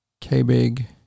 K-Big